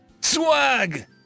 Swag